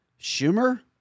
Schumer